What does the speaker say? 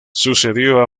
sucedió